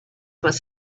was